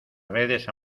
redes